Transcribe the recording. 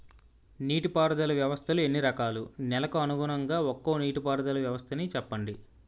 నీటి పారుదల వ్యవస్థలు ఎన్ని రకాలు? నెలకు అనుగుణంగా ఒక్కో నీటిపారుదల వ్వస్థ నీ చెప్పండి?